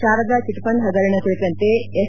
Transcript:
Sharada chit fund ಹಗರಣ ಕುರಿತಂತೆ S